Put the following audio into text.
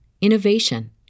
innovation